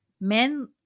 men